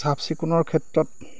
চাফ চিকুণৰ ক্ষেত্ৰত